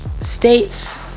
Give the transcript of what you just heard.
states